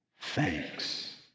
thanks